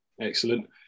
Excellent